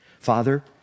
Father